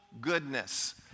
goodness